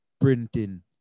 printing